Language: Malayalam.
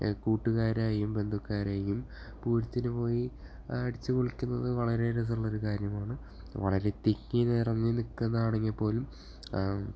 കൂട്ടുകാരായും ബന്ധുകാരായും പൂരത്തിനുപോയി അടിച്ചുപൊളിക്കുന്നത് വളരെ രസമുള്ളൊരു കാര്യമാണ് വളരെ തിക്കി നിറഞ്ഞ് നിൽക്കുന്നതാണെങ്കിൽ പോലും